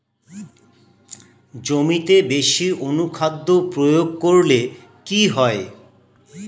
জমিতে বেশি অনুখাদ্য প্রয়োগ করলে কি হয়?